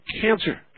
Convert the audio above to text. cancer